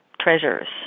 treasures